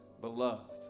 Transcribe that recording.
beloved